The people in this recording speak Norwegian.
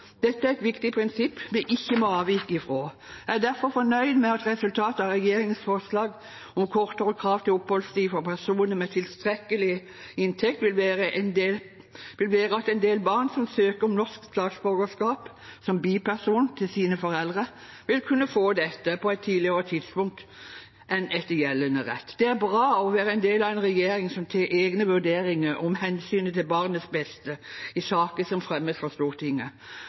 Dette er et viktig prinsipp vi ikke må avvike fra. Jeg er derfor fornøyd med at resultatet av regjeringens forslag om kortere krav til oppholdstid for personer med tilstrekkelig inntekt vil være at en del barn som søker om norsk statsborgerskap som biperson til sine foreldre, vil kunne få det på et tidligere tidspunkt enn etter gjeldende rett. Det er bra å være del av en regjering som tar egne vurderinger om hensynet til barnets beste i saker som fremmes for Stortinget.